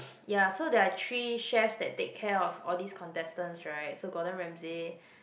ya so there are three chefs that take care of all these contestants right so Gordon-Ramsey